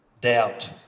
doubt